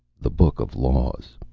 the book of laws